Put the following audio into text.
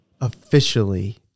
officially